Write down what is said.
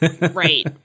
right